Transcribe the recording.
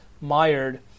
mired